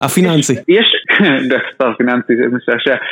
הפינאנסי. יש, דווקא פינאנסי זה משעשע